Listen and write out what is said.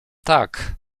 tak